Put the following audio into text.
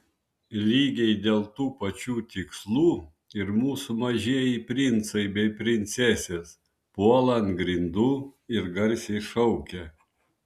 lygiai dėl tų pačių tikslų ir mūsų mažieji princai bei princesės puola ant grindų ir garsiai šaukia